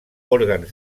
òrgans